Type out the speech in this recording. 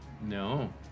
No